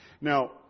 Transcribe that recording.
Now